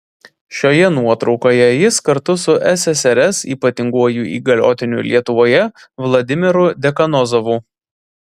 šioje nuotraukoje jis kartu su ssrs ypatinguoju įgaliotiniu lietuvoje vladimiru dekanozovu